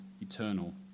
eternal